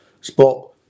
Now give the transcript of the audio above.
spot